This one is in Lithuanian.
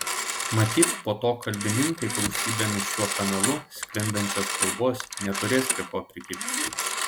matyt po to kalbininkai klausydami šiuo kanalu sklindančios kalbos neturės prie ko prikibti